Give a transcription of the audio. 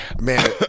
Man